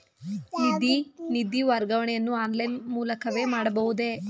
ನಿಧಿ ವರ್ಗಾವಣೆಯನ್ನು ಆನ್ಲೈನ್ ಮೂಲಕವೇ ಮಾಡಬಹುದೇ?